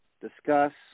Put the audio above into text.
discuss